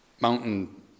mountain